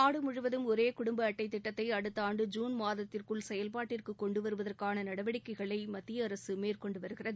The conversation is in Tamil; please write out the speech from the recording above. நாடு முழுவதும் ஒரே குடும்ப அட்டை திட்டத்தை அடுத்த ஆண்டு ஜுன் மாதத்திற்குள் செயல்பாட்டிற்கு கொண்டுவருவதற்கான நடவடிக்கைகளை மத்திய அரசு மேற்கொண்டுவருகிறது